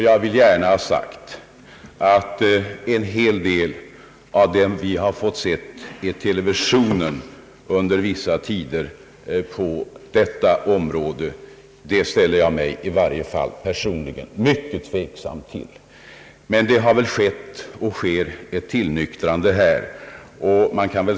Jag vill gärna ha sagt att i varje fall jag personligen ställer mig mycket tveksam till en hel del av det som vi fått se i televisionen under vissa tider på detta område. Men det har väl skett och sker ett tillnyktrande.